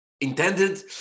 intended